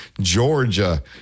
Georgia